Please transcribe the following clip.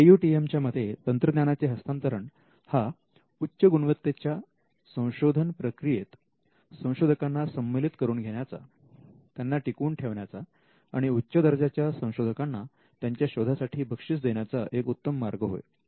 AUTM च्या मते तंत्रज्ञाना चे हस्तांतरण हा उच्च गुणवत्तेच्या संशोधन प्रक्रियेत संशोधकांना सम्मिलित करून घेण्याचा त्यांना टिकवून ठेवण्याचा आणि उच्च दर्जाच्या संशोधकांना त्यांच्या शोधासाठी बक्षीस देण्याचा एक उत्तम मार्ग होय